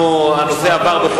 הנושא יעבור לדיון בוועדת הכספים.